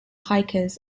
hikers